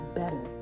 better